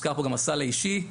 הוזכר גם הסל האישי,